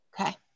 Okay